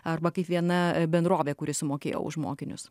arba kaip viena bendrovė kuri sumokėjo už mokinius